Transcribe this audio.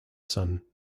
son